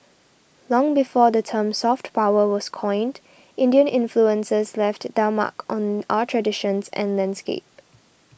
long before the term soft power was coined Indian influences left their mark on our traditions and landscape